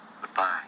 Goodbye